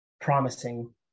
promising